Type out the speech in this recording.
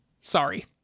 Sorry